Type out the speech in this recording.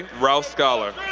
rouse scholar.